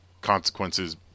consequences